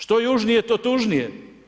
Što južnije to tužnije.